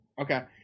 Okay